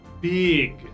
big